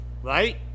Right